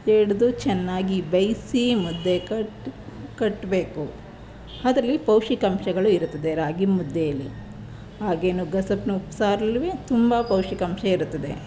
ಜಡಿದು ಚೆನ್ನಾಗಿ ಬೇಯಿಸಿ ಮುದ್ದೆ ಕಟ್ಟಿ ಕಟ್ಟಬೇಕು ಅದರಲ್ಲಿ ಪೌಷ್ಟಿಕಾಂಶಗಳು ಇರುತ್ತದೆ ರಾಗಿಮುದ್ದೆಯಲ್ಲಿ ಹಾಗೆ ನುಗ್ಗೆ ಸೊಪ್ಪನ್ನ ಉಪ್ಸಾರಲ್ಲುವೇ ತುಂಬ ಪೌಷ್ಟಿಕಾಂಶ ಇರುತ್ತದೆ